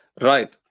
Right